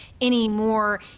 anymore